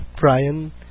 Brian